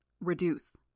Reduce